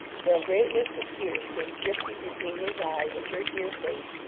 for a great mist of tears came drifting between his eyes and her dear face,